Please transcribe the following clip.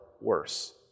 worse